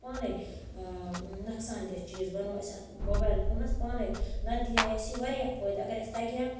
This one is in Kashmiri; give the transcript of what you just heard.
پانے نۄقصان دیہہ چیٖز بَنوو اَسہِ اتھ موبایل فونَس پانے نَتہٕ دیٖہا اَسہِ یہِ واریاہ فٲیدٕ اَگَر اَسہِ تَگہِ ہا